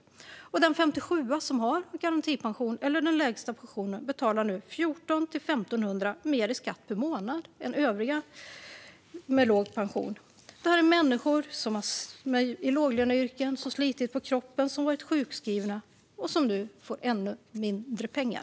Den 57:a som har garantipension eller den lägsta pensionen betalar nu 1 400-1 500 kronor mer i skatt per månad än övriga med låg pension. Detta är människor i låglöneyrken som har slitit på kroppen, som har varit sjukskrivna och som nu får ännu mindre pengar.